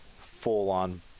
full-on